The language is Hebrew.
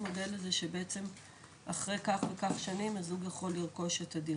המודל הזה של אחרי כך וכך שנים הזוג יכול לרכוש את הדירה,